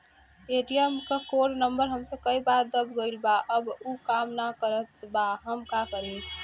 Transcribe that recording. ATM क code number हमसे कई बार दब गईल बा अब उ काम ना करत बा हम का करी?